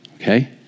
okay